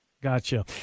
Gotcha